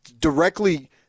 directly